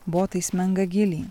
botai smenga gilyn